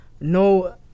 no